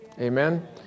Amen